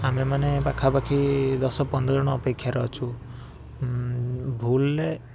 ଆମେମାନେ ପାଖାପାଖି ଦଶ ପନ୍ଦର ଜଣ ଅପେକ୍ଷାରେ ଅଛୁ ଭୁଲରେ